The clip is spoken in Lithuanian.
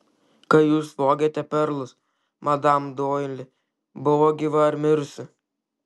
kai jūs vogėte perlus madam doili buvo gyva ar mirusi